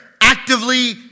actively